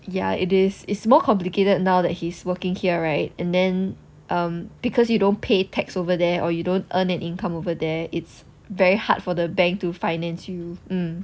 ya it is it's more complicated now that he's working here right and then err because you don't pay tax over there or you don't earn an income over there it's very hard for the bank to finance you mm